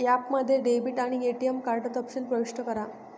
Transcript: ॲपमध्ये डेबिट आणि ATM card तपशील प्रविष्ट करा